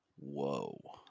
whoa